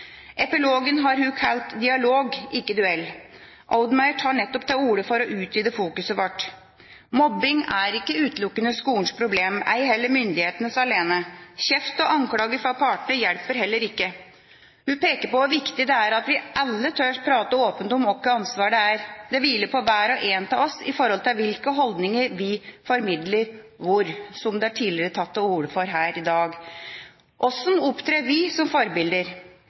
Epilogen har hun kalt: Dialog – ikke duell. Oudmayer tar nettopp til orde for å utvide fokuset vårt. Mobbing er ikke utelukkende skolens problem, ei heller myndighetenes alene. Kjeft og anklager fra partene hjelper heller ikke. Hun peker på hvor viktig det er at vi alle tør å snakke åpent om hvilket ansvar det hviler på hver og en av oss når det gjelder hvilke holdninger vi formidler hvor, som det tidligere er tatt til orde for her i dag. Hvordan opptrer vi som forbilder?